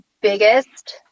biggest